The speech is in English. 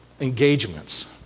engagements